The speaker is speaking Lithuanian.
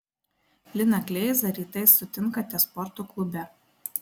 liną kleizą rytais sutinkate sporto klube